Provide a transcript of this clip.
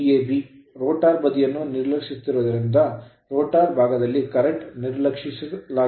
rotor rotor ಬದಿಯನ್ನು ನಿರ್ಲಕ್ಷಿಸುತ್ತಿರುವುದರಿಂದ rotor ಭಾಗದಲ್ಲಿ current ಕರೆಂಟ್ ನಿರ್ಲಕ್ಷಿಸಲಾಗುತ್ತದೆ